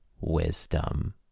wisdom